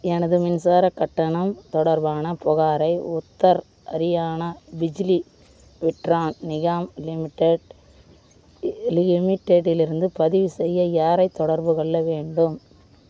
எனது மின்சாரக் கட்டணம் தொடர்பான புகாரை உத்தர் ஹரியானா பிஜிலி விட்ரன் நிகாம் லிமிடெட் லிமிடெட்டிலிருந்து பதிவு செய்ய யாரை தொடர்புக்கொள்ள வேண்டும்